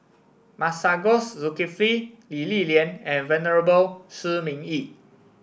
Masagos Zulkifli Lee Li Lian and Venerable Shi Ming Yi